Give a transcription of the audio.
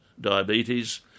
diabetes